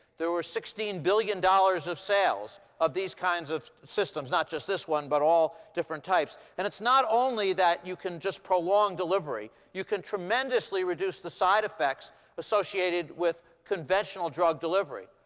there were sixteen billion dollars of sales of these kinds of systems not just this one, but all different types. and it's not only that you can just prolong delivery. you can tremendously reduce the side effects associated with conventional drug delivery.